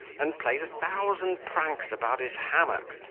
and played a thousand pranks about his hammock,